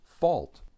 fault